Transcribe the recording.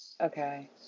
Okay